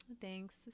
Thanks